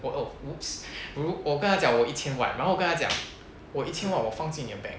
!whoa! oh !oops! 如我跟他讲我有一千万然后跟他讲我一千万我放进你的 bank